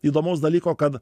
įdomaus dalyko kad